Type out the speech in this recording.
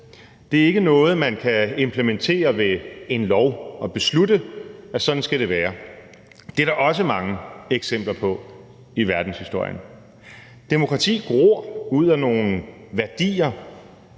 Det er ikke noget, man kan implementere ved en lov og beslutte, at sådan skal det være. Det er der også mange eksempler på i verdenshistorien. Demokrati gror ud af nogle værdier